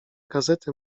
gazety